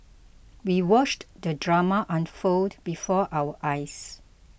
we watched the drama unfold before our eyes